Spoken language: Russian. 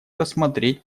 рассмотреть